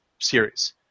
Series